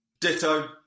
Ditto